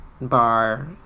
bar